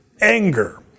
anger